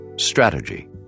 Strategy